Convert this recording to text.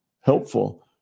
helpful